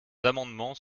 amendements